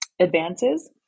advances